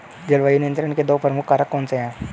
जलवायु नियंत्रण के दो प्रमुख कारक कौन से हैं?